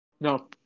No